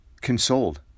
consoled